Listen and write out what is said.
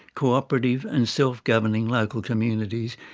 cooperative and self-governing local communities,